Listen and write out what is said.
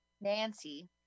Nancy